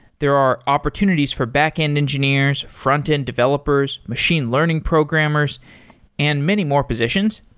there are opportunities for backend engineers, frontend developers, machine learning programmers and many more positions.